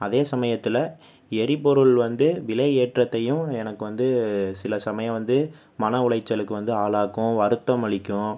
அதே சமயத்தில் எரிபொருள் வந்து விலை ஏற்றத்தையும் எனக்கு வந்து சில சமயம் வந்து மன உளைச்சலுக்கு வந்து ஆளாக்கும் வருத்தம் அளிக்கும்